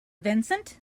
vincent